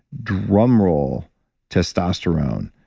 drum roll testosterone.